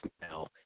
now